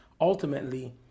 ultimately